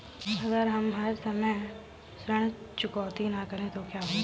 अगर हम समय पर ऋण चुकौती न करें तो क्या होगा?